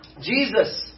jesus